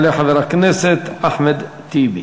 יעלה חבר הכנסת אחמד טיבי,